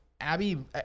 Abby